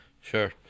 Sure